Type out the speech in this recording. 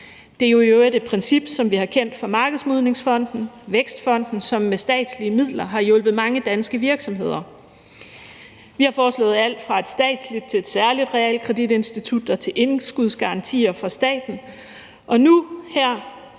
Det er jo i øvrigt et princip, som vi har kendt fra Markedsmodningsfonden og fra Vækstfonden, som med statslige midler har hjulpet mange danske virksomheder. Vi har foreslået alt fra et statsligt til et særligt realkreditinstitut med indskudsgarantier fra staten.